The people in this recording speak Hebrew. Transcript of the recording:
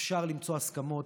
אפשר למצוא הסכמות,